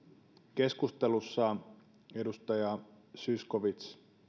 keskustelussa edustaja zyskowicz